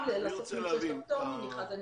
גם לסוכנות שיש לה פטור ממכרז,